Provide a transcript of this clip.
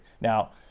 Now